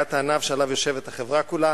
גדיעת הענף שעליו יושבת החברה כולה.